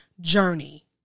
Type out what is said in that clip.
journey